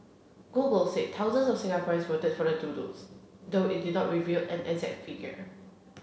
google said thousands of Singaporeans voted for the doodles though it did not reveal an exact figure